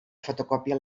fotocòpia